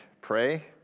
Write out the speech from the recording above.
pray